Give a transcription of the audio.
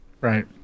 Right